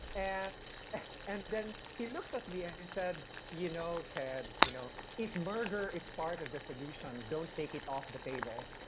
at and he looks at me and he said, you know ted you know if murder is part of the solution, don't take it off the table.